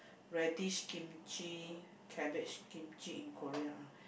radish kimchi cabbage kimchi in Korea ah